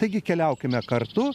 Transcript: taigi keliaukime kartu